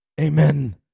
Amen